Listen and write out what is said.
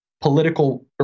political